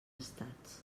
estats